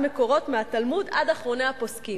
מקורות מהתלמוד עד אחרוני הפוסקים".